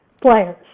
players